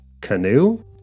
canoe